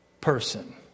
person